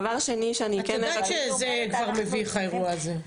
דבר שני שאני כן את יודעת שזה כבר מביך האירוע הזה?